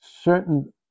certain